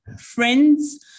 friends